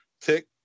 Tick